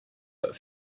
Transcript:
but